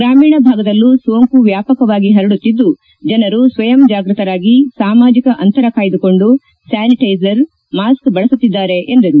ಗ್ರಾಮೀಣ ಭಾಗದಲ್ಲೂ ಸೋಂಕು ವ್ಯಾಪಕವಾಗಿ ಹರಡುತ್ತಿದ್ದು ಜನರು ಸ್ವಯಂ ಜಾಗ್ವತರಾಗಿ ಸಾಮಾಜಿಕ ಅಂತರ ಕಾಯ್ದುಕೊಂಡು ಸ್ಯಾನಿಟೈಸರ್ ಮಾಸ್ಕ್ ಬಳಸುತ್ತಿದ್ದಾರೆ ಎಂದರು